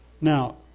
Now